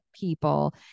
people